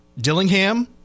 Dillingham